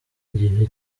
igihe